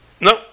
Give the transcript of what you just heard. No